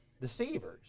deceivers